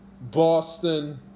Boston